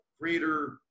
greater